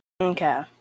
Okay